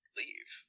leave